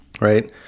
right